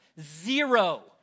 Zero